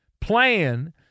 plan